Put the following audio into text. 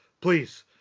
please